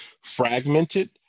fragmented